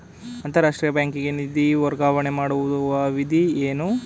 ಅಂತಾರಾಷ್ಟ್ರೀಯ ಬ್ಯಾಂಕಿಗೆ ನಿಧಿ ವರ್ಗಾವಣೆ ಮಾಡುವ ವಿಧಿ ಏನು?